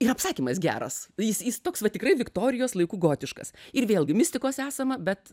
ir apsakymas geras jis jis toks va tikrai viktorijos laikų gotiškas ir vėlgi mistikos esama bet